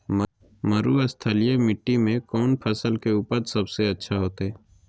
मरुस्थलीय मिट्टी मैं कौन फसल के उपज सबसे अच्छा होतय?